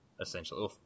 essentially